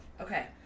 Okay